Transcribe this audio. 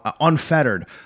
unfettered